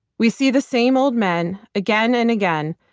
we see the same old men again and again,